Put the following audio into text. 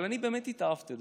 אבל אני באמת התאהבתי,